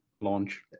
launch